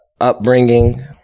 upbringing